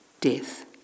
death